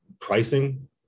pricing